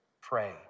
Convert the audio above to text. pray